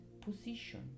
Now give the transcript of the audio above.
position